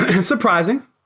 Surprising